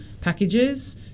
packages